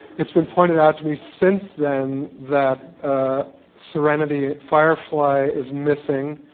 it's been pointed out to me since then, that serenity firefly is missing,